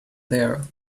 there